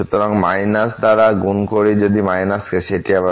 সুতরাং দ্বারা গুন করি যদি কে সেটি আবার